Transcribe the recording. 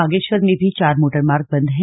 बागेश्वर में भी चार मोटरमार्ग बंद हैं